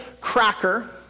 cracker